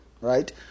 right